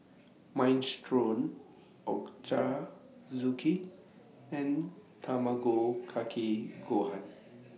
Minestrone Ochazuke and Tamago Kake Gohan